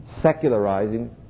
secularizing